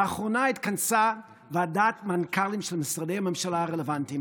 לאחרונה התכנסה ועדת מנכ"לים של משרדי ממשלה רלוונטיים